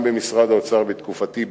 גם במשרד האוצר בתקופתי.